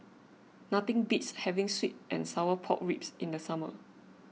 nothing beats having Sweet and Sour Pork Ribs in the summer